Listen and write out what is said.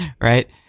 Right